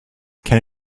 can